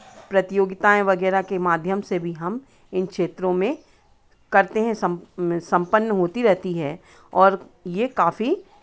प्रतियोगिताएँ वगैरह के माध्यम से भी हम इन क्षेत्रों में करते हैं सम सम्पन्न होती रहती है और ये काफ़ी